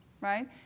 right